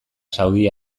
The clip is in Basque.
saudi